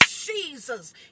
jesus